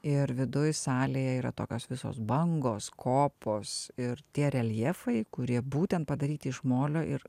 ir viduj salėje yra tokios visos bangos kopos ir tie reljefai kurie būtent padaryti iš molio ir